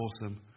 awesome